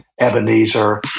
Ebenezer